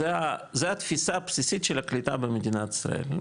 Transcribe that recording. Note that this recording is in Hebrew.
זו התפיסה הבסיסית של הקליטה במדינת ישראל,